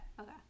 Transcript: Okay